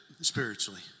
spiritually